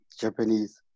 Japanese